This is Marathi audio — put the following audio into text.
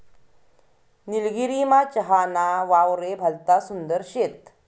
निलगिरीमा चहा ना वावरे भलता सुंदर शेत